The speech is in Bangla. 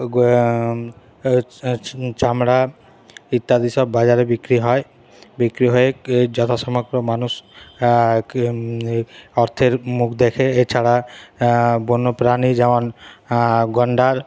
চামড়া ইত্যাদি সব বাজারে বিক্রি হয় বিক্রি হয়ে যথাসম্ভব মানুষ অর্থের মুখ দেখে এছাড়া বন্যপ্রাণী যেমন গণ্ডার